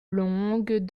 longues